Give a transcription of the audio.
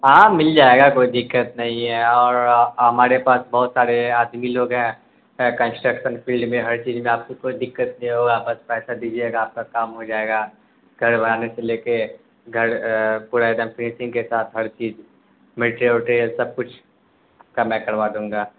ہاں مل جائے گا کوئی دقت نہیں ہے اور ہمارے پاس بہت سارے آدمی لوگ ہیں کنشٹرکشن فیلڈ میں ہر چیز میں آپ کو کوئی دقت نہیں ہوگا بس پیسہ دیجیے گا آپ کا کام ہو جائے گا گھر بنانے سے لے کے گھر پورا ایک دم فنیشنگ کے ساتھ ہر چیز ملٹیر ولٹیر سب کچھ کا میں کروا دوں گا